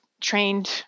trained